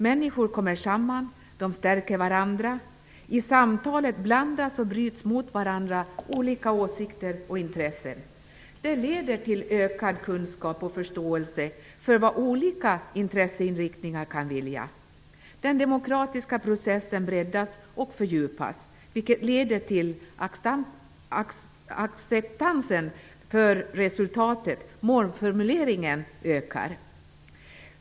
Människor kommer samman. De stärker varandra. I samtalet blandas och bryts olika åsikter och intressen mot varandra. Det leder till ökad kunskap och förståelse för vad olika intresseinriktningar kan vilja. Den demokratiska processen breddas och fördjupas, vilket leder till att acceptansen för resultatet, målformuleringen, ökar.